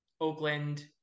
oakland